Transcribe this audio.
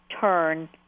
turn